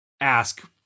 ask